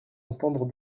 entendre